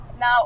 Now